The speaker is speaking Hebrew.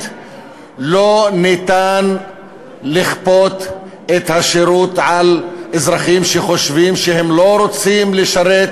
לא ניתן לכפות את השירות על אזרחים שחושבים שהם לא רוצים לשרת